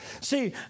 See